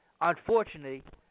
unfortunately